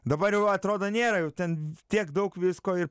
dabar jau atrodo nėra jau ten tiek daug visko ir